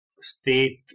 state